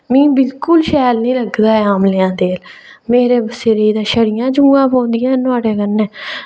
मी बिल्कुल शैल निं लगदा ऐ आमले दा तेल मेरे सिरै ते शड़ियां जुआं पौंदियां न नुआढ़े कन्नै